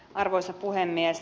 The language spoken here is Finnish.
arvoisa puhemies